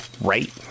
Right